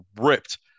ripped